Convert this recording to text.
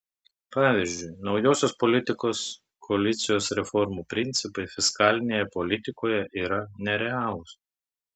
pavyzdžiui naujosios politikos koalicijos reformų principai fiskalinėje politikoje yra nerealūs